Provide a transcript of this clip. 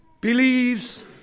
Believes